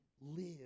live